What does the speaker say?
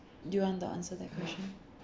do you want to answer that question